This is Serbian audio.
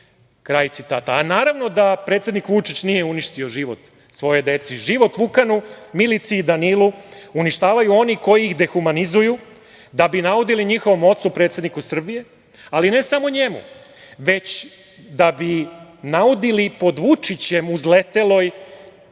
kraj citata. A naravno da predsednik Vučić nije uništio život svojoj deci. Život Vukanu, Milici i Danilu uništavaju oni koji ih dehumanizuju da bi naudili njihovom ocu predsedniku Srbije, ali ne samo njemu, već da bi naudili pod Vučićem uzleteloj